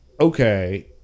okay